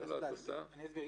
אני אסביר.